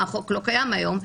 החוק לא קיים היום,